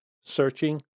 searching